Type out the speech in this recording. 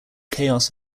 chaos